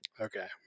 Okay